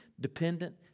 dependent